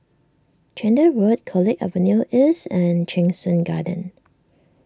Chander Road College Avenue East and Cheng Soon Garden